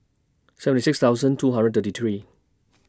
seven six thousand two hundred thirty three